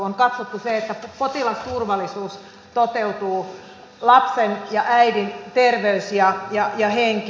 on katsottu sitä että potilasturvallisuus toteutuu lapsen ja äidin terveys ja henki